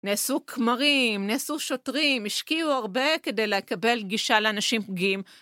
נעשו כמרים, נעשו שוטרים, השקיעו הרבה כדי לקבל גישה לאנשים פגיעים.